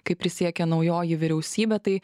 kai prisiekė naujoji vyriausybė tai